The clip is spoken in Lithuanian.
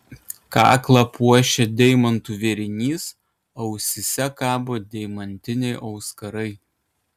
kaklą puošia deimantų vėrinys ausyse kabo deimantiniai auskarai